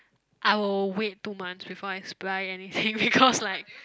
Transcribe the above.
I will wait two months before I supply anything because like